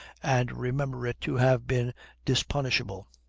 and remember it to have been dispunishable.